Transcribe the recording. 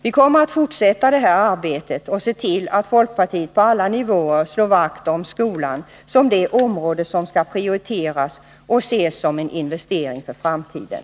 Vi kommer att fortsätta det här arbetet och se till att folkpartiet på alla nivåer slår vakt om skolan som det område som skall prioriteras och ses som en investering för framtiden.